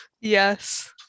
yes